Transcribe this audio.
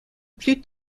plus